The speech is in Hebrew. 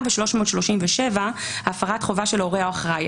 וסעיף 337 שהוא הפרת חובה של הורה או אחראי.